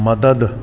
मदद